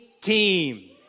team